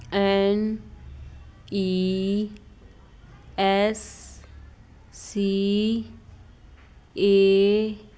N E S C A